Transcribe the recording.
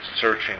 searching